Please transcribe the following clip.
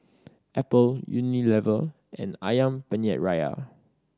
Apple Unilever and Ayam Penyet Ria